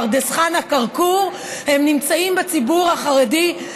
פרדס חנה-כרכור: הם נמצאים בציבור החרדי,